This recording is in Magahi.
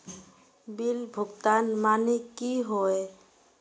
बिल भुगतान माने की होय?